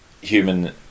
human